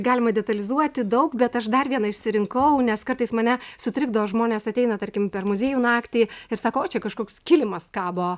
galima detalizuoti daug bet aš dar vieną išsirinkau nes kartais mane sutrikdo žmonės ateina tarkim per muziejų naktį ir sako o čia kažkoks kilimas kabo